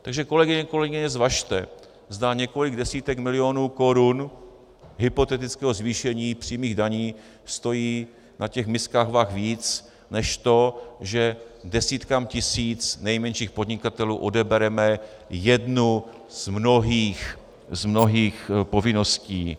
Takže kolegové a kolegyně, zvažte, zda několik desítek milionů korun hypotetického zvýšení přímých daní stojí na těch miskách vah víc než to, že desítkám tisíc nejmenších podnikatelů odebereme jednu z mnohých povinností.